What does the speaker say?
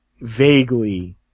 vaguely